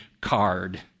card